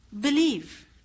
believe